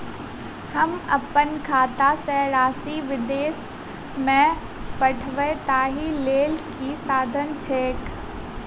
हम अप्पन खाता सँ राशि विदेश मे पठवै ताहि लेल की साधन छैक?